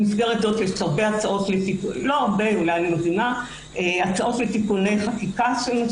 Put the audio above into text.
במסגרת זאת יש כמה הצעות לתיקוני חקיקה,